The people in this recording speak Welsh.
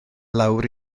lawr